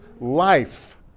life